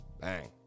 Bang